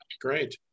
Great